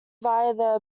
via